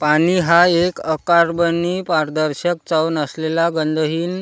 पाणी हा एक अकार्बनी, पारदर्शक, चव नसलेला, गंधहीन